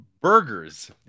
Burgers